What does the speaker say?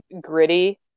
gritty